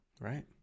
right